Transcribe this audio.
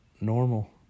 normal